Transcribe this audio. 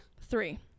Three